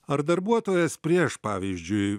ar darbuotojas prieš pavyzdžiui